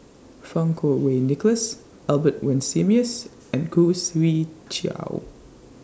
Fang Kuo Wei Nicholas Albert Winsemius and Khoo Swee Chiow